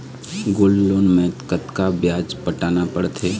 Gold loan मे कतका ब्याज पटाना पड़थे?